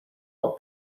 our